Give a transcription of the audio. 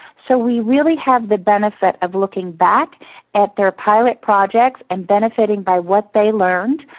so we really have the benefit of looking back at their pilot projects and benefitting by what they learned,